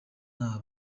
nta